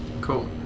Cool